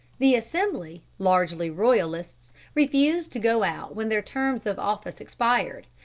the assembly, largely royalists, refused to go out when their terms of office expired,